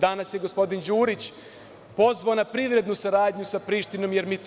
Danas je gospodin Đurić pozvao na privrednu saradnju sa Prištinom, jer mi